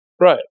Right